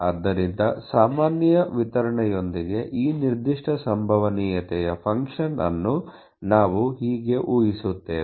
ಆದ್ದರಿಂದ ಸಾಮಾನ್ಯ ವಿತರಣೆಯೊಂದಿಗೆ ಈ ನಿರ್ದಿಷ್ಟ ಸಂಭವನೀಯತೆಯ ಫಂಕ್ಷನ್ ಅನ್ನು ನಾವು ಹೀಗೆ ಊಹಿಸುತ್ತೇವೆ